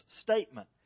statement